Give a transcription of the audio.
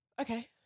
Okay